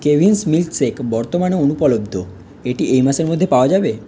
Cavin's milkshake বর্তমানে অনুপলব্ধ এটি এই মাসের মধ্যে পাওয়া যাবে